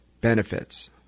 benefits